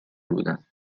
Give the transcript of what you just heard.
بودند